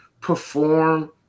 perform